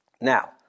Now